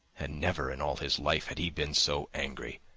and never in all his life had he been so angry.